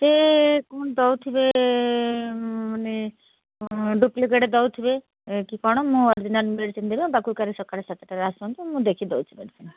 ସେ କ'ଣ ଦେଉଥିବେ ମାନେ ଡୁପ୍ଲିକେଟ୍ ଦେଉଥିବେ କି କ'ଣ ମୁଁ ଅରିଜିନାଲ୍ ମେଡ଼ିସିନ୍ ଦେବି ମୋ ପାଖକୁ କାଲି ସକାଳ ସାତଟାରେ ଆସନ୍ତୁ ମୁଁ ଦେଖି ଦେଉଛି ମେଡ଼ିସିନ୍